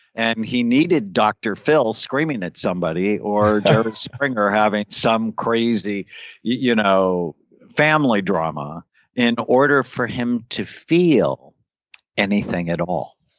and he needed dr. phil screaming at somebody, or jerry springer having some crazy you know family drama in order for him to feel anything at all.